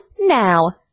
now